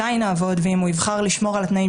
מתי נעבוד ואם הוא יבחר לשמור על התנאים